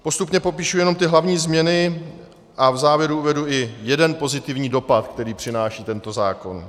Postupně popíšu jenom ty hlavní změny a v závěru uvedu i jeden pozitivní dopad, který přináší tento zákon.